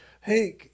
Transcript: Hey